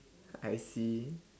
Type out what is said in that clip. I see